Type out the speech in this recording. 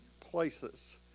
places